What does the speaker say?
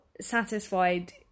satisfied